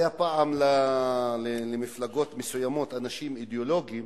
היו פעם למפלגות מסוימות אנשים אידיאולוגים